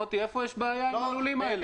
מוטי, איפה יש בעיה עם הלולים האלה?